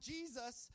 Jesus